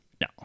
No